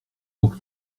donc